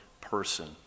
person